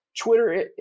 Twitter